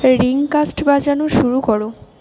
ringcast বাজানো শুরু করো